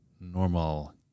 normal